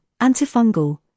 antifungal